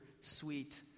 sweet